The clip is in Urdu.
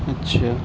اچھا